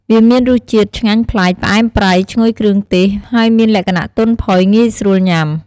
វាមានរសជាតិឆ្ងាញ់ប្លែក ផ្អែម ប្រៃ ឈ្ងុយគ្រឿងទេស ហើយមានលក្ខណៈទន់ផុយ ងាយស្រួលញ៉ាំ។